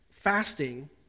fasting